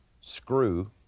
screw